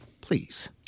Please